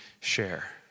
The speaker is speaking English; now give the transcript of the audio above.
share